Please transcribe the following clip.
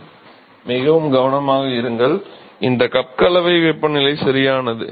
மாணவர் மாணவர் மிகவும் கவனமாக இருங்கள் இது கலவை கப் வெப்பநிலை சரியானது